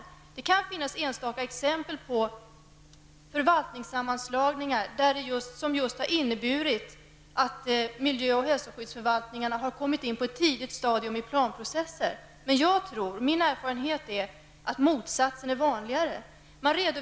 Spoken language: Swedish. Det kan visserligen finnas enstaka exempel på förvaltningssammanslagningar som har inneburit att miljö och hälsoskyddsförvaltningarna har kommit in på ett tidigt stadium i planprocessen, men min erfarenhet är den att motsatsen är vanligare.